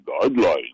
guidelines